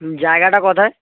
হুম জায়গাটা কোথায়